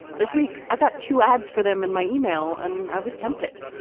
this week i got two ads for them and my email and i was tempted.